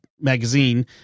magazine